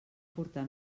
portar